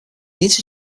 this